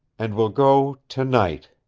and we'll go tonight!